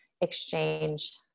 exchange